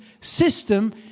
system